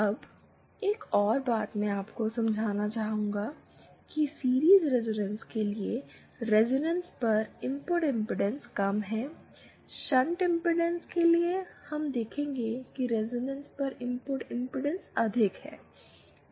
अब एक और बात मैं आपको समझना चाहूँगा कि सीरिज़ रिजोनेंस के लिए रिजोनेंस पर इनपुट इंपेडेंस कम है शंट इंपेडेंस के लिए हम देखेंगे कि रिजोनेंस पर इनपुट इंपेडेंस अधिक है